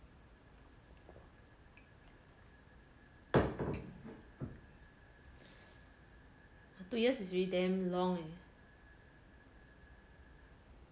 two years is really damn long leh